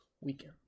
weekend